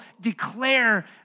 declare